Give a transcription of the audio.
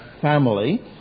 family